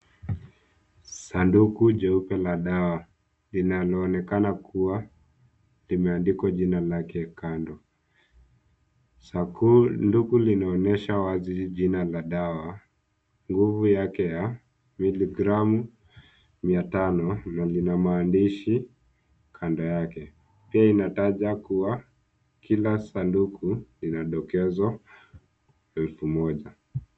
Sanduku jeupe la dawa, linaloonekana kuwa limeandikwa jina lake kando. Sanduku linaonyesha wazi jina la dawa, nguvu yake ya miligramu 500, na lina maandishi kando yake. Pia inataja kuwa kila sanduku linadokezo 1000.